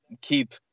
keep